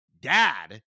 dad